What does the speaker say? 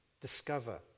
discover